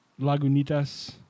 Lagunitas